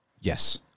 Yes